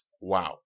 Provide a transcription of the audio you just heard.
wow